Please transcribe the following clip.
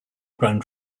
grown